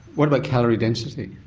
what about calorie density?